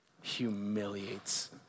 humiliates